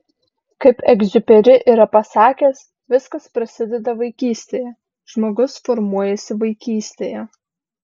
kaip egziuperi yra pasakęs viskas prasideda vaikystėje žmogus formuojasi vaikystėje